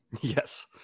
Yes